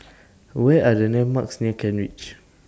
What Are The landmarks near Kent Ridge